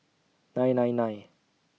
nine nine nine